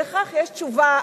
לכך יש תשובה,